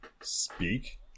speak